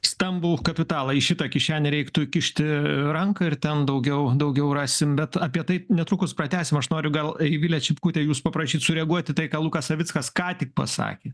stambų kapitalą į šitą kišenę reiktų įkišti ranką ir ten daugiau daugiau rasim bet apie tai netrukus pratęsim aš noriu gal eivile čipkute jūsų paprašyt sureaguoti į tai ką lukas savickas ką tik pasakė